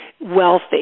wealthy